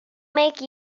make